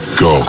go